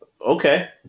Okay